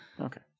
Okay